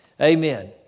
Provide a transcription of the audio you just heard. Amen